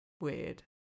weird